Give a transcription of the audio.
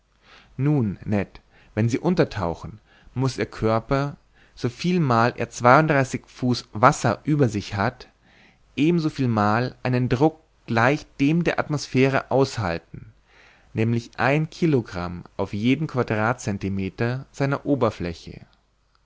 nun ned wenn sie untertauchen muß ihr körper soviel mal er zweiunddreißig fuß wasser über sich hat ebensoviel mal einen druck gleich dem der atmosphäre aushalten nämlich ein kilogramm auf jeden quadratcentimeter seiner oberfläche